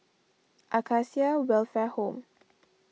Acacia Welfare Home